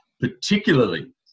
particularly